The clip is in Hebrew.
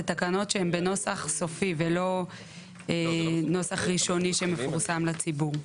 תקנות שהן בנוסח סופי ולא נוסח ראשוני שמפורסם לציבור.